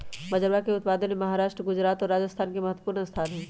बजरवा के उत्पादन में महाराष्ट्र गुजरात और राजस्थान के महत्वपूर्ण स्थान हई